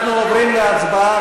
אנחנו עוברים להצבעה,